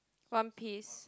one piece